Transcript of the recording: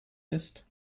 ist